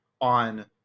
on